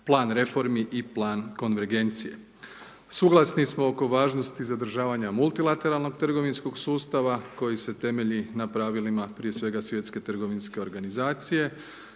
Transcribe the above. plan reformi i plan konvergencije. Suglasni smo oko važnosti zadržavanja multilateralnog trgovinskog sustava koji se temelji na pravilima, prije svega Svjetske trgovinske organizacije.